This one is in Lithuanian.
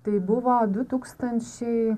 tai buvo du tūkstančiai